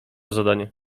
zadanie